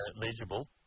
legible